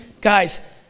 guys